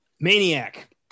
Maniac